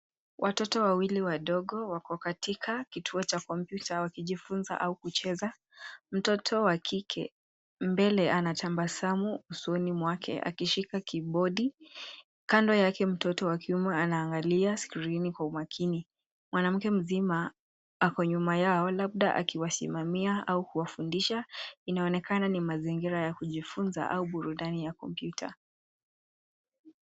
Watoto wawili wadogo wako katika kituo cha kompyuta wakijifunza au wakicheza. Mtoto wa kike aliye mbele anatabasamu, uso wake uking’aa, huku akishika kibao. Kando yake, mtoto wa kiume anaangalia kwa makini, akiwa makini na shughuli.